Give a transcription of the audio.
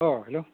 औ हेल्ल'